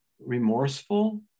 remorseful